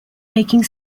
making